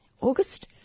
August